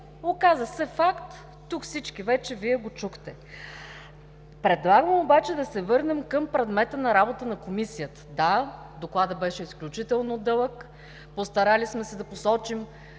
оказа се факт, тук всички вече Вие го чухте. Предлагам обаче да се върнем към предмета на работа на Комисията. Да, Докладът беше изключително дълъг, постарали сме се да посочим,